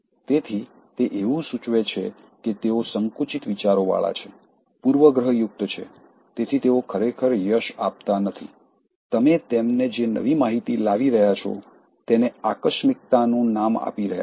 તેથી તે એવું સૂચવે છે કે તેઓ સંકુચિત વિચારોવાળા છે પૂર્વગ્રહયુક્ત છે તેથી તેઓ ખરેખર યશ આપતા નથી તમે તેમને જે નવી માહિતી લાવી રહ્યા છો તેને આકસ્મિકતા નું નામ આપી રહ્યા છે